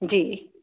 ਜੀ